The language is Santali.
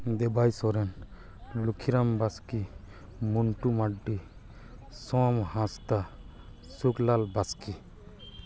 ᱫᱮᱵᱟᱭ ᱥᱚᱨᱮᱱ ᱞᱩᱠᱷᱤᱨᱟᱢ ᱵᱟᱥᱠᱮ ᱢᱩᱱᱴᱩ ᱢᱟᱨᱰᱤ ᱥᱳᱢ ᱦᱟᱥᱫᱟᱜ ᱥᱩᱠᱞᱟᱞ ᱵᱟᱥᱠᱮ